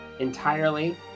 entirely